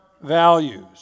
values